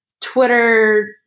Twitter